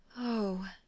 Oh